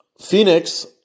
Phoenix